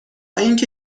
اینکه